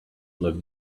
like